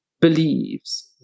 believes